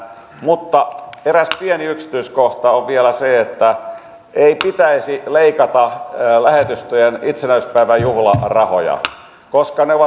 mutta eräs pieni yksityiskohta on vielä se että ei pitäisi leikata lähetystöjen itsenäisyyspäivän juhlarahoja koska ne ovat